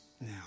now